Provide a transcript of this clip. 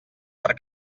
per